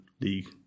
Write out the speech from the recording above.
League